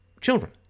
Children